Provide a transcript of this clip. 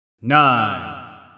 nine